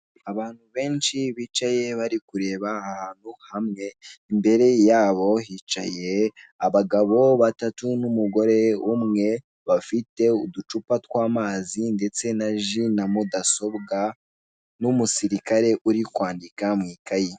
Abantu benshi bicaye bari kureba ahantu hamwe. Imbere yabo hicaye abagabo batatu n'umugore umwe, bafite uducupa tw'amazi ndetse ji na mudasobwa n'umusirikari uri kwandika mw'ikaye.